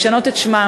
לשנות את שמם,